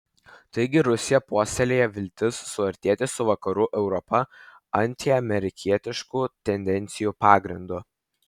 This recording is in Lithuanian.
taigi rusija puoselėja viltis suartėti su vakarų europa antiamerikietiškų tendencijų pagrindu